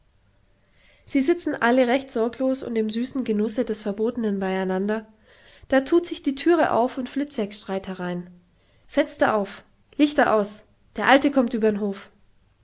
sie sitzen alle recht sorglos und im süßen genusse des verbotenen bei einander da thut sich die thüre auf und fliczek schreit herein fenster auf lichter aus der alte kommt übern hof